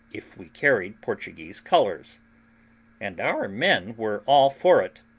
if we carried portuguese colours and our men were all for it.